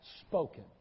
spoken